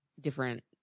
different